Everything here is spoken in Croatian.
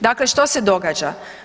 Dakle, što se događa?